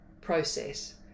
process